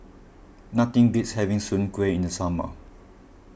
nothing beats having Soon Kueh in the summer